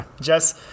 jess